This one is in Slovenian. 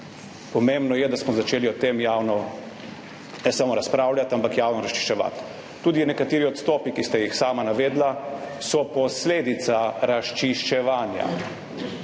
pomembno je, da smo začeli o tem ne samo javno razpravljati, ampak javno razčiščevati. Tudi nekateri odstopi, ki ste jih sami navedli, so posledica razčiščevanja,